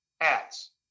ads